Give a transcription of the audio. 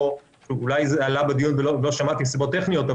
אולי זה עלה בדיון ולא שמעתי מסיבות טכניות,